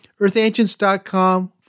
EarthAncients.com